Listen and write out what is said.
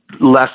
less